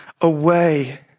away